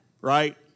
right